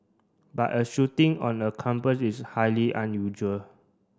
but a shooting on a campus is highly unusual